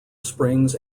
springs